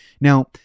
Now